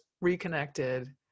reconnected